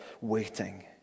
waiting